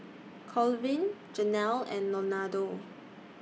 Colvin Jenelle and Leonardo